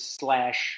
slash